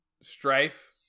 Strife